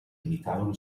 limitavano